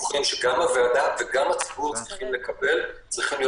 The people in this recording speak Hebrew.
הדיווחים שגם הוועדה וגם הציבור צריכים לקבל צריכים להיות